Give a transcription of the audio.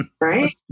Right